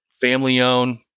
family-owned